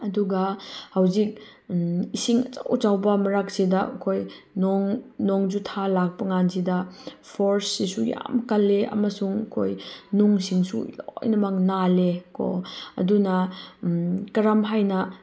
ꯑꯗꯨꯒ ꯍꯧꯖꯤꯛ ꯏꯁꯤꯡ ꯑꯆꯧ ꯑꯆꯧꯕ ꯃꯔꯛꯁꯤꯗ ꯑꯩꯈꯣꯏ ꯅꯣꯡ ꯅꯣꯡꯖꯨꯊꯥ ꯂꯥꯛꯄ ꯀꯥꯟꯁꯤꯗ ꯐꯣꯔꯁꯁꯤꯁꯨ ꯌꯥꯝ ꯀꯜꯂꯦ ꯑꯃꯁꯨꯡ ꯑꯩꯈꯣꯏ ꯅꯨꯡꯁꯤꯡꯁꯨ ꯂꯣꯏꯅꯃꯛ ꯅꯥꯜꯂꯦ ꯀꯣ ꯑꯗꯨꯅ ꯀꯔꯝ ꯍꯥꯏꯅ